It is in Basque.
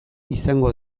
izango